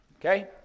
Okay